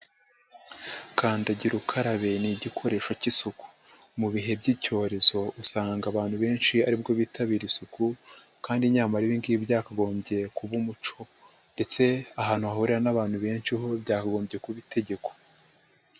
Kandagira ukarabe, ni igikoresho cy'isuku. Mu bihe by'icyorezo, usanga abantu benshi aribwo bitabira isuku kandi nyamara ibi ngibi byakagombye kuba umuco ndetse ahantu hahurira n'abantu benshi ho byakagombye kuba itegeko.